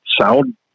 sound